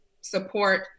support